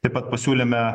taip pat pasiūlėme